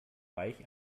reich